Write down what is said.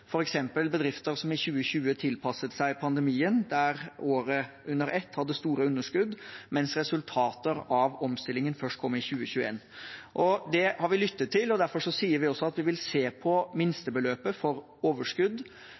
bedrifter som i 2020 tilpasset seg pandemien, der de året under ett hadde store underskudd, mens resultater av omstillingen først kom i 2021. Det har vi lyttet til, og derfor sier vi også at vi vil se på minstebeløpet for overskudd